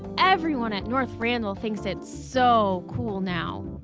everyone at north randall thinks it's so cool now.